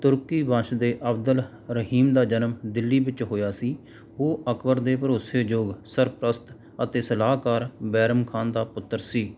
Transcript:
ਤੁਰਕੀ ਵੰਸ਼ ਦੇ ਅਬਦੁਲ ਰਹੀਮ ਦਾ ਜਨਮ ਦਿੱਲੀ ਵਿੱਚ ਹੋਇਆ ਸੀ ਉਹ ਅਕਬਰ ਦੇ ਭਰੋਸੇਯੋਗ ਸਰਪ੍ਰਸ਼ਤ ਅਤੇ ਸਲਾਹਕਾਰ ਬੈਰਮ ਖਾਨ ਦਾ ਪੁੱਤਰ ਸੀ